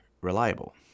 reliable